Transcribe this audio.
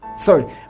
Sorry